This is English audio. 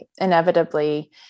Inevitably